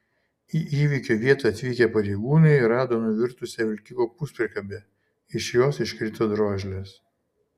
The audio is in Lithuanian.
į įvykio vietą atvykę pareigūnai rado nuvirtusią vilkiko puspriekabę iš jos iškrito drožlės